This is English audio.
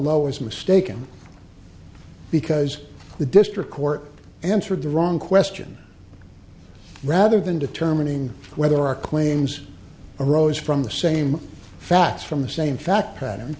is mistaken because the district court answered the wrong question rather than determining whether our claims arose from the same facts from the same fact pat